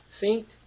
saint